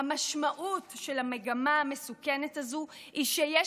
המשמעות של המגמה המסוכנת הזו היא שיש